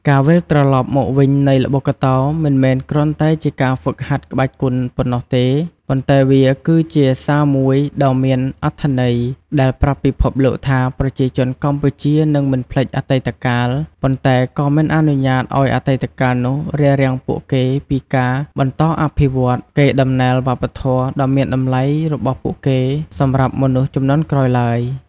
ការវិលត្រឡប់មកវិញនៃល្បុក្កតោមិនមែនគ្រាន់តែជាការហ្វឹកហាត់ក្បាច់គុនប៉ុណ្ណោះទេ ប៉ុន្តែវាគឺជាសារមួយដ៏មានអត្ថន័យ ដែលប្រាប់ពិភពលោកថា ប្រជាជនកម្ពុជានឹងមិនភ្លេចអតីតកាល ប៉ុន្តែក៏មិនអនុញ្ញាតឱ្យអតីតកាលនោះរារាំងពួកគេពីការ បន្តអភិវឌ្ឍ កេរដំណែលវប្បធម៌ដ៏មានតម្លៃរបស់ពួកគេសម្រាប់មនុស្សជំនាន់ក្រោយឡើយ។